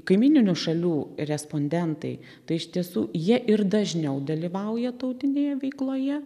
kaimyninių šalių respondentai tai iš tiesų jie ir dažniau dalyvauja tautinėje veikloje